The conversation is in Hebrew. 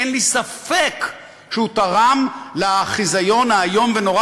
אין לי ספק שהוא תרם לחיזיון האיום ונורא